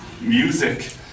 Music